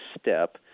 step